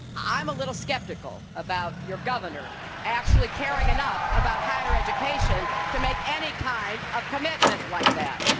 i am a little skeptical about your governor actually caring enough about higher education to make any kind of commitment like that.